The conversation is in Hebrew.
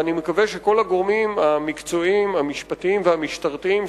ואני מקווה שכל הגורמים המקצועיים המשפטיים והמשטרתיים